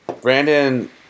Brandon